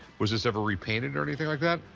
was this ever repainted or anything like that?